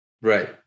Right